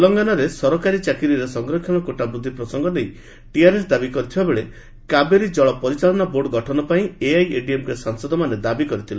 ତେଲେଙ୍ଗାନାରେ ସରକାରୀ ଚାକିରୀରେ ସଂରକ୍ଷଣ କୋଟା ବୃଦ୍ଧି ପ୍ରସଙ୍ଗ ନେଇ ଟିଆର୍ଏସ୍ ଦାବି କରିଥିବାବେଳେ କାବେରୀ ପରିଚାଳନା ବୋର୍ଡ ଗଠନ ପାଇଁ ଏଆଇଏଡିଏମ୍କେ ସାଂସଦମାନେ ଦାବି କରିଥିଲେ